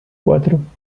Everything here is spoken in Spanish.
cuatro